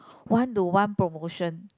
one to one promotion